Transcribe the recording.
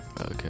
okay